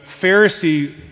Pharisee